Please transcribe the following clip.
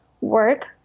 work